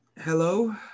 Hello